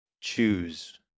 choose